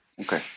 Okay